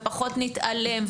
ופחות נתעלם,